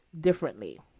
differently